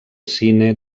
cine